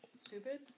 Stupid